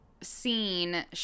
seen